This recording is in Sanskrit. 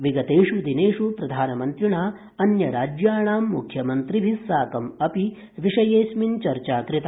विगतेष् दिनेष् प्रधानमन्त्रिणा अन्यराज्याणां मुख्यमन्त्रिभिः साकं विषयेस्मिन् चर्चा कृता